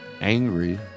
angry